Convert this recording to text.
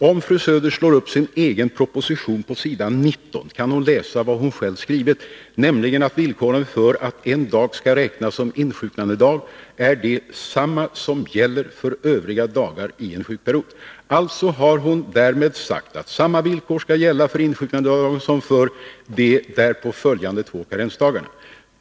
Om fru Söder slår upp sin egen proposition på s. 19 kan hon läsa vad hon själv skrivit, nämligen att villkoren för att en dag skall räknas som insjuknandedag är desamma som gäller för övriga dagar i en sjukperiod. Hon har därmed alltså sagt att samma villkor skall gälla för insjuknandedagen som för de därpå följande två karensdagarna.